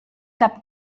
cap